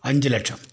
അഞ്ച് ലക്ഷം